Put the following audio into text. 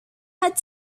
had